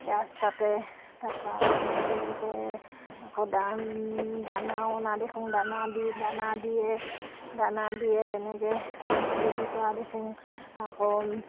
ৰাস্তাতে তাৰপৰা মাংস বিক্ৰী কৰে আকৌ দানাও অনা দেখোঁ দানা দি দানা দিয়ে দানা দিয়ে তেনেকৈ বিক্ৰী কৰা দেখোঁ আকৌ